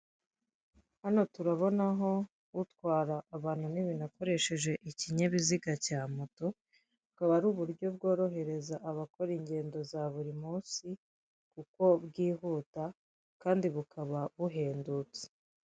Hano turabonaho utwara abantu n'ibintu akoresheje ikinyabiziga cya moto, bukaba ari uburyo bworohereza abakora ingendo za buri munsi, kuko bwihuta kandi bukaba buhendutse.